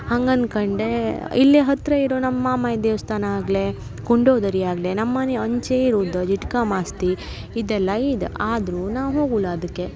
ಹಂಗೆ ಅನ್ಕಂಡೆ ಇಲ್ಲೇ ಹತ್ತಿರ ಇರೋ ನಮ್ಮ ಮಾಮಾಯಿ ದೇವ್ಸ್ಥಾನ ಆಗ್ಲೆ ಕುಂಡೋದರಿ ಆಗ್ಲೆ ನಮ್ಮ ಮನೆ ಅಂಚೆ ಇರುದ ಗಿಟ್ಕಾ ಮಾಸ್ತಿ ಇದೆಲ್ಲ ಇದು ಆದರೂ ನಾವು ಹೋಗಲ್ಲ ಅದಕ್ಕೆ